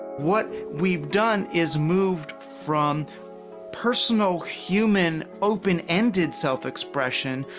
what we've done is moved from personal, human, open-ended self-expression,